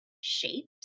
shapes